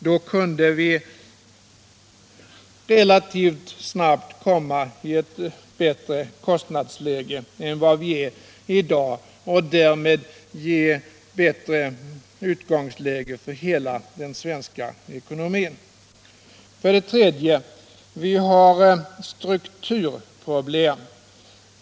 Då kunde vi relativt snabbt komma i ett bättre kostnadsläge än vi är i i dag och därmed ge hela den svenska ekonomin ett bättre utgångsläge. Vi har strukturproblem.